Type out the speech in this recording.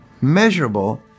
measurable